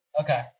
Okay